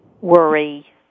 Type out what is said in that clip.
worry